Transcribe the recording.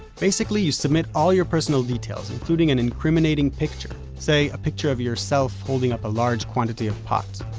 basically, you submit all your personal details including an incriminating picture say a picture of yourself holding up a large quantity of pot.